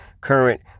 current